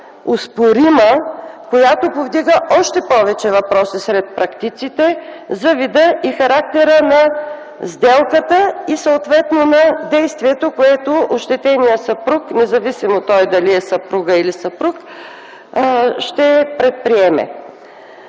„оспорима”, която повдига още повече въпроси сред практиците за вида и характера на сделката и съответно на действието, което ощетеният съпруг – независимо дали е съпруга или съпруг, ще предприеме.